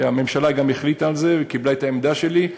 הממשלה גם החליטה על זה וקיבלה את העמדה שלי,